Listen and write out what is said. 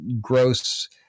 gross